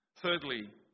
Thirdly